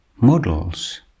models